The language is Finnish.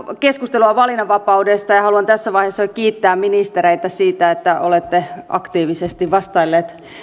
keskustelua valinnanvapaudesta ja haluan tässä vaiheessa jo kiittää ministereitä siitä että olette aktiivisesti vastailleet